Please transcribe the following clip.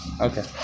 Okay